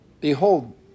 behold